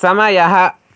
समयः